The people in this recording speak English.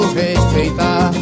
respeitar